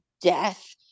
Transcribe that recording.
death